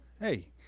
Hey